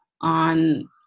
on